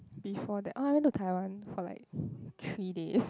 before that oh I went to Taiwan for like three days